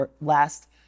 last